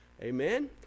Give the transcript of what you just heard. Amen